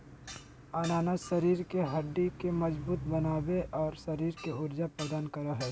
अनानास शरीर के हड्डि के मजबूत बनाबे, और शरीर के ऊर्जा प्रदान करो हइ